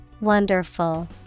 Wonderful